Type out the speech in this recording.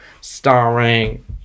starring